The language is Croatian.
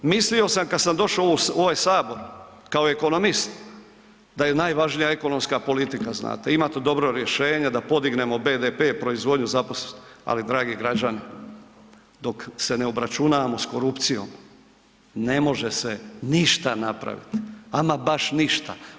Mislio sam kad sam došao u ovaj sabor, kao ekonomist, da je najvažnija ekonomska politika znate, imati dobro rješenje da podignemo BDP, proizvodnju, zaposlenost, ali dragi građani dok se ne obračunamo s korupcijom ne može se ništa napraviti, ama baš ništa.